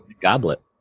Goblet